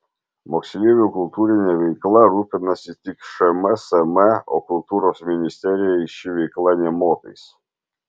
moksleivių kultūrine veikla rūpinasi tik šmsm o kultūros ministerijai ši veikla nė motais